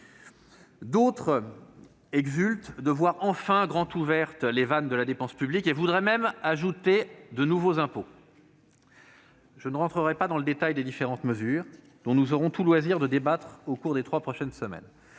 D'autres exultent de voir enfin grand ouvertes les vannes de la dépense publique, et voudraient même ajouter de nouveaux impôts. Je n'entrerai pas dans le détail des différentes mesures dont nous aurons tout loisir de débattre au cours des trois prochaines semaines.